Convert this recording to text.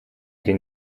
den